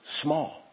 small